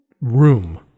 room